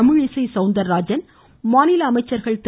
தமிழிசை சௌந்தரராஜன் மாநில அமைச்சர்கள் திரு